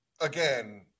again